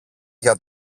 για